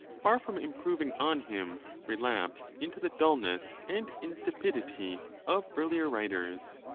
far from improving on him, relapsed into the dulness and insipidity of earlier writers.